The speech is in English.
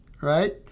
right